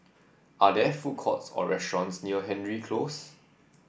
are there food courts or restaurants near Hendry Close